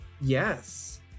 Yes